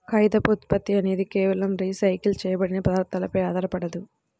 కాగితపు ఉత్పత్తి అనేది కేవలం రీసైకిల్ చేయబడిన పదార్థాలపై ఆధారపడదు